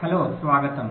hello స్వాగతం